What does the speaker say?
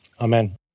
Amen